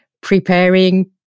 preparing